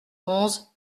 onze